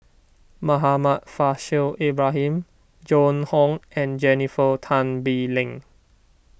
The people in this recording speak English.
Muhammad Faishal Ibrahim Joan Hon and Jennifer Tan Bee Leng